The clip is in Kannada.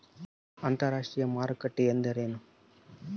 ಅಂತರಾಷ್ಟ್ರೇಯ ಮಾರುಕಟ್ಟೆ ಎಂದರೇನು?